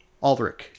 Aldrich